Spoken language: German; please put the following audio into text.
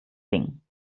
singen